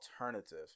alternative